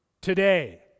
today